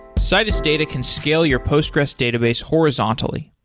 citus data can scale your postgres database horizontally.